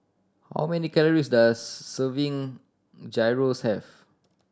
how many calories does serving Gyros have